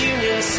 Union